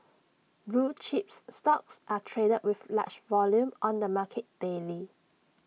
blue chips stocks are traded with large volume on the market daily